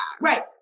Right